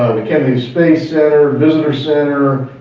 the kennedy space center, visitor center.